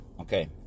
Okay